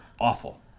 Awful